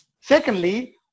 Secondly